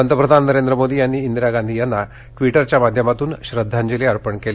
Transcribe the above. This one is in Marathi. पंतप्रधान नरेंद्र मोदी यांनी इंदिरा गांधी यांना ट्वीटरच्या माध्यमातून श्रद्वांजली अर्पण केली